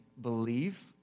believe